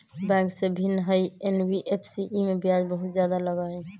Bank से भिन्न हई एन.बी.एफ.सी इमे ब्याज बहुत ज्यादा लगहई?